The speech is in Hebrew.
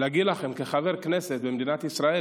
מלהגיד לכם כחבר כנסת במדינת ישראל: